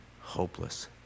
hopeless